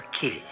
killed